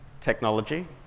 technology